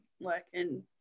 working